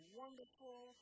wonderful